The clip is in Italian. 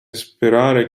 sperare